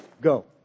go